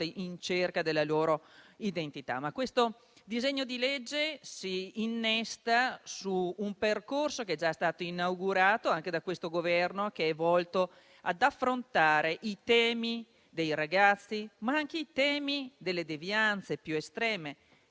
in cerca della loro identità. Questo disegno di legge si innesta su un percorso che è già stato inaugurato da questo Governo, volto ad affrontare i temi dei ragazzi, ma anche quelli delle devianze più estreme